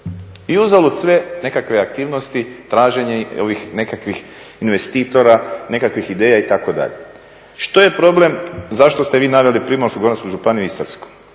I uzalud sve nekakve aktivnosti, traženje ovih nekakvih investitora, nekakvih ideja, itd. Što je problem, zašto ste vi naveli Primorsko-goransku županiju, Istarsku?